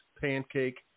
Pancake